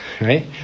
right